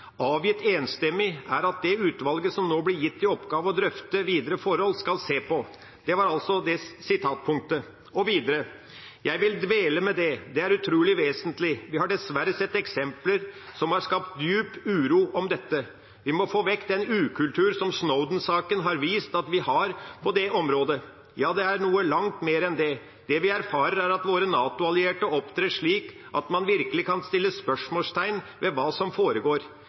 avgitt enstemmig, er at det utvalget som nå blir gitt i oppgave å drøfte videre forhold, skal se på:» Og her var altså sitatpunktet. Jeg sa videre: «Jeg vil dvele ved det. Det er utrolig vesentlig. Vi har dessverre sett eksempler som har skapt dyp uro om dette. Vi må få vekk den ukultur som Snowden-saken har vist at vi har på det området – ja, det er noe langt mer enn det. Det vi erfarer, er at våre NATO-allierte opptrer slik at man virkelig kan stille spørsmålstegn ved hva som foregår.